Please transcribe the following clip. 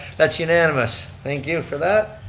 that's unanimous, thank you for that.